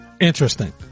Interesting